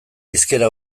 hizkera